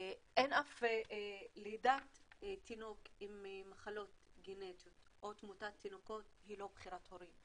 אף לידת תינוק עם מחלות גנטיות או תמותת תינוקות היא לא בחירת הורים,